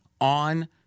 on